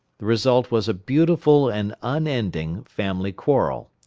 the result was a beautiful and unending family quarrel.